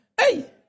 Hey